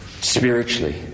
spiritually